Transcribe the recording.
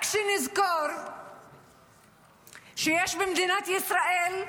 רק שנזכור שיש במדינת ישראל,